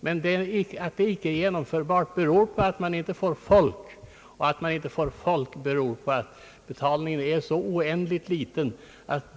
Men att det icke är genomförbart beror på att man inte får folk till övervakningsuppdragen, och det i sin tur beror på att betalningen är så oändligt liten.